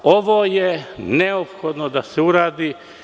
Ovo je neophodno da se uradi.